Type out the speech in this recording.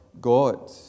God